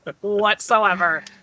whatsoever